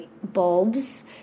bulbs